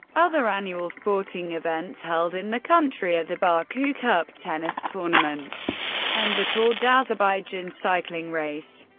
other annual sporting events held in the country are the baku cup tennis tournament and the tour d'azerbaidjan cycling race.